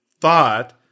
thought